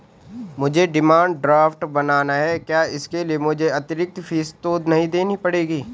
मुझे demand draft बनाना है क्या इसके लिए मुझे अतिरिक्त फीस तो नहीं देनी पड़ेगी?